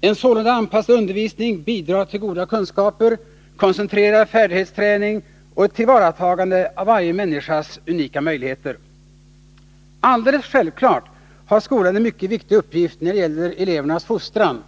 En sålunda anpassad undervisning bidrar till goda kunskaper, koncentrerad färdighetsträning och ett tillvaratagande av varje människas unika möjligheter. Alldeles självklart har skolan en mycket viktig uppgift när det gäller elevernas fostran.